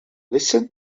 listen